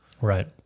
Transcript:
Right